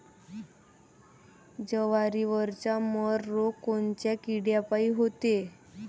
जवारीवरचा मर रोग कोनच्या किड्यापायी होते?